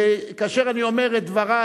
כאשר אני אומר את דברי,